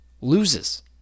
loses